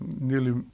nearly